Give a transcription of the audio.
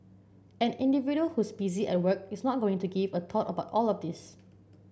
an individual who's busy at work is not going to give a thought about all of this